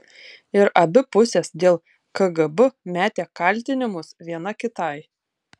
ir abi pusės dėl kgb mėtė kaltinimus viena kitai